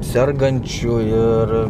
sergančiųjų ir